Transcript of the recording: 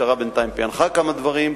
המשטרה בינתיים פענחה כמה דברים,